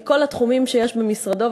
מכל התחומים שיש במשרדו,